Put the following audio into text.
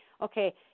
okay